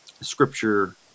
scripture